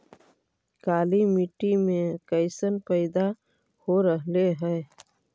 काला मिट्टी मे कैसन पैदा हो रहले है?